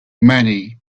many